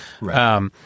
Right